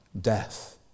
Death